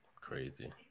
Crazy